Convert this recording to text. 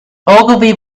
ogilvy